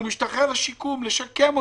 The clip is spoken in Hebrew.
הוא משתחרר לשיקום, כדי לשקם אותו,